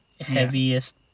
heaviest